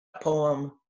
poem